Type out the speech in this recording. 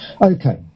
okay